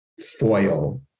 foil